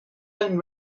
own